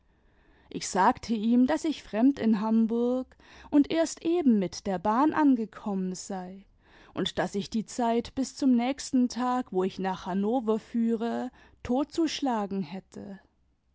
ich sagte ihm daß ich fremd in hamburg und erst eben mit der bahn angekommen sei und daß ich die zeit bis zum nächsten tag wo ich nach hannover führe totzuschlagen hätte